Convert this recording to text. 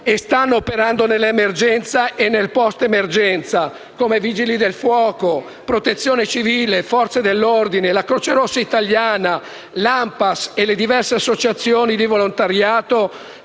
e stanno operando nell'emergenza e nel post-emergenza, come i Vigili del fuoco, la Protezione civile, le Forze dell'ordine, la Croce rossa italiana, 1'ANPAS e le diverse associazioni di volontariato,